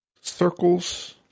circles